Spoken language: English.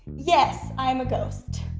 yes, i am a ghost,